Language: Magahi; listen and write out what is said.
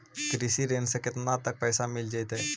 कृषि ऋण से केतना तक पैसा मिल जइतै?